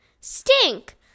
Stink